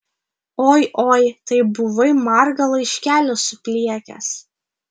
oi oi tai buvai margą laiškelį supliekęs